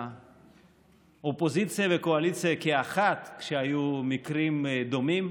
לאופוזיציה ולקואליציה כאחת כשהיו מקרים דומים,